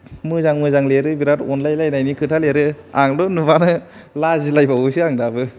मोजां मोजां लिरो बिराद अनलायलायनायनि खोथा लिरो आंथ' नुवानो लाजिलायबावोसो आं दाबो